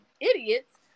idiots